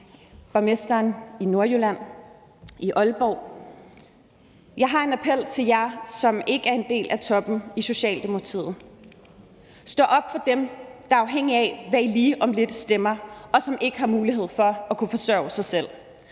borgmesteren i Aalborg i Nordjylland. Jeg har en appel til jer, som ikke er en del af toppen i Socialdemokratiet: Stå op for dem, der er afhængige af, hvad I lige om lidt stemmer, og som ikke har mulighed for at kunne forsørge sig selv.